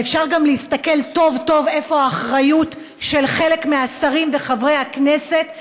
ואפשר גם להסתכל טוב טוב איפה האחריות של חלק מהשרים וחברי הכנסת כאן,